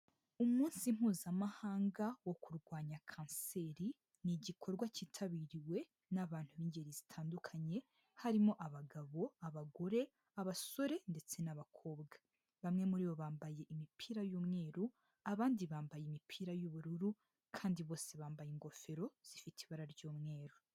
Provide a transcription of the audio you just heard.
Umunsi mpuzamahanga wo kurwanya kanseri ni igikorwa cyitabiriwe n'abantu b'ingeri zitandukanye, harimo abagabo, abagore, abasore, ndetse n'abakobwa. Bamwe muri bo bambaye imipira y'umweru abandi bambaye imipira y'ubururu kandi bose bambaye ingofero zifite ibara ry'umweru.